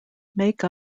make